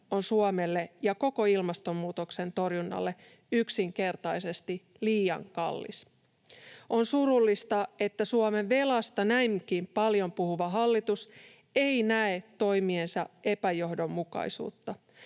on Suomelle ja koko ilmastonmuutoksen torjunnalle yksinkertaisesti liian kallis. On surullista, että Suomen velasta näinkin paljon puhuva hallitus ei näe toimiensa epäjohdonmukaisuutta.